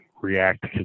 react